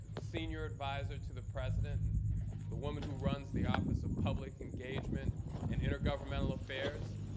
senior advisor to the president and the woman who runs the office of public engagement and intergovernmental affairs,